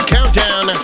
Countdown